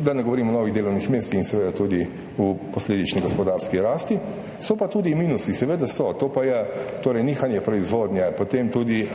da ne govorimo o novih delovnih mestih in seveda posledično tudi gospodarski rasti. So pa tudi minusi, seveda so, torej nihanje proizvodnje, potem tudi